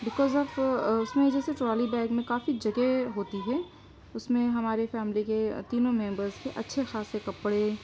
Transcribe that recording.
because of اس میں جیسے ٹرالی بیگ میں کافی جگہ ہوتی ہے اس میں ہمارے فیملی کے تینوں میمبرز کے اچھے خاصے کپڑے